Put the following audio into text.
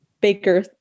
baker